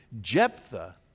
Jephthah